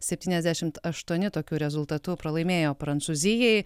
septyniasdešimt aštuoni tokiu rezultatu pralaimėjo prancūzijai